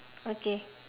okay